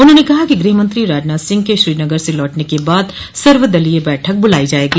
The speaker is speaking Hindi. उन्होंने कहा कि गृहमंत्री राजनाथ सिंह के श्रीनगर से लौटने के बाद सर्वदलीय बैठक बुलाई जायेगी